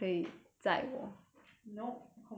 nope confirm plus chop